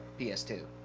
PS2